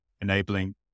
enabling